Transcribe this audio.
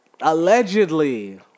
Allegedly